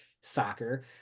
soccer